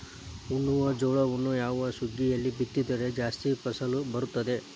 ಉಣ್ಣುವ ಜೋಳವನ್ನು ಯಾವ ಸುಗ್ಗಿಯಲ್ಲಿ ಬಿತ್ತಿದರೆ ಜಾಸ್ತಿ ಫಸಲು ಬರುತ್ತದೆ?